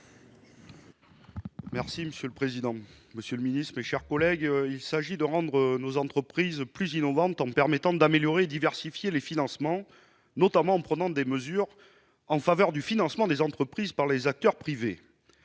Monsieur le président, monsieur le ministre, mes chers collègues, cet article vise à rendre nos entreprises « plus innovantes », en permettant d'« améliorer et diversifier les financements », notamment en prenant des mesures « en faveur du financement des entreprises par les acteurs privés